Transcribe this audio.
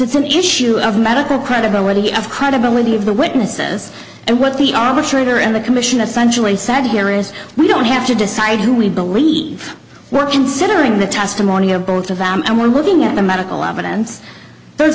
it's an issue of medical credibility of credibility of the witnesses and what the arbitrator and the commission essentially said here is we don't have to decide who we believe were considering the testimony of both of them and we're looking at the medical evidence there